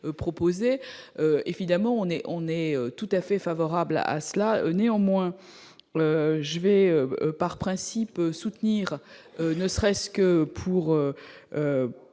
évidemment on est, on est tout à fait favorables à cela, néanmoins je vais par principe soutenir, ne serait-ce que pour